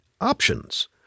options